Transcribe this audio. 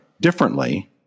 differently